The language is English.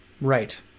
Right